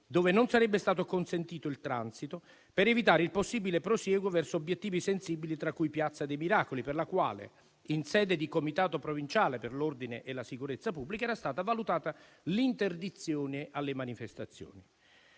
dove non sarebbe stato consentito il transito, per evitare il possibile prosieguo verso obiettivi sensibili, tra cui piazza dei Miracoli, per la quale, in sede di Comitato provinciale per l'ordine e la sicurezza pubblica, era stata valutata l'interdizione alle manifestazioni.